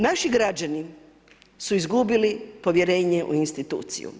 Naši građani su izgubili povjerenje u instituciju.